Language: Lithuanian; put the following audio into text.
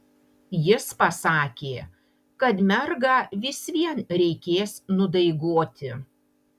jis pasakė kad mergą vis vien reikės nudaigoti